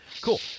cool